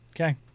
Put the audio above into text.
Okay